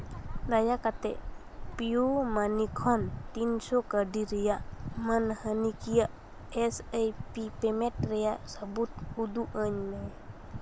ᱫᱟᱭᱟ ᱠᱟᱛᱮᱫ ᱯᱤᱭᱩ ᱢᱟᱹᱱᱤ ᱠᱷᱚᱱ ᱛᱤᱱᱥᱚ ᱠᱟᱹᱣᱰᱤ ᱨᱮᱭᱟᱜ ᱢᱟᱹᱱᱦᱟᱹᱠᱤᱭᱟᱹ ᱮᱥ ᱟᱭ ᱯᱤ ᱯᱮᱢᱮᱱᱴ ᱨᱮᱭᱟᱜ ᱥᱟᱹᱵᱩᱫ ᱩᱫᱩᱜ ᱟᱹᱧ ᱢᱮ